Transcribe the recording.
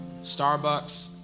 Starbucks